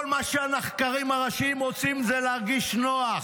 כל מה שהנחקרים הראשיים רוצים זה להרגיש נוח.